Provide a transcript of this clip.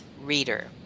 Reader